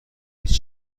نیست